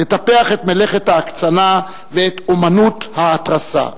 לטפח את מלאכת ההקצנה ואת אמנות ההתרסה.